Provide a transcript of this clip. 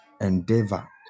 endeavor